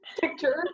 picture